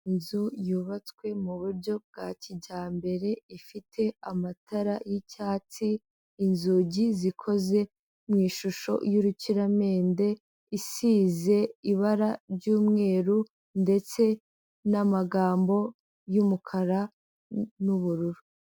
Inzu yubatswe mu buryo bwa kijyambere, ifite amatara y'icyatsi, inzugi zikoze mu ishusho y'urukiramende, isize ibara ry'umweru ndetse n'amagambo y'umukara n'ubururu.